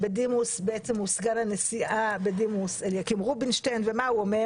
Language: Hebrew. בדימוס וסגן הנשיאה בדימוס אליקים רובינשטיין ומה הוא אומר